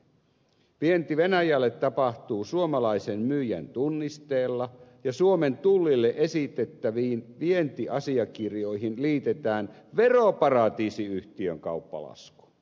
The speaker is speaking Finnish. vienti venäjälle tapahtuu suomalaisen myyjän tunnisteella ja suomen tullille esitettäviin vientiasiakirjoihin liitetään veroparatiisiyhtiön kauppalasku